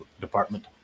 Department